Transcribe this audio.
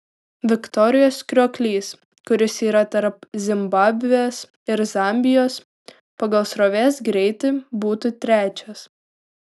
viktorijos krioklys kuris yra tarp zimbabvės ir zambijos pagal srovės greitį būtų trečias